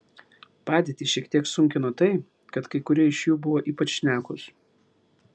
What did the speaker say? padėtį šiek tiek sunkino tai kad kai kurie iš jų buvo ypač šnekūs